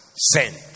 sent